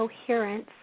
coherence